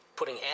putting